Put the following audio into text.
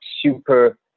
super